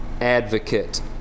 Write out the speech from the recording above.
advocate